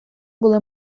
були